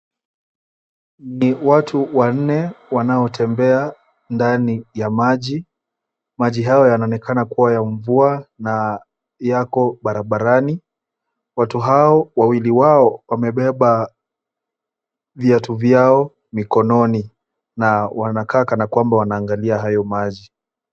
Ni watu wanne wanaotembea ndani ya maji. Maji hayo yanaonekana kuwa ya mvua na yako barabarani. Watu hao wawili wao wamebeba viatu vyao mikononi na wanakaa kana kwamba wanaangalia hayo maji.